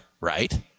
right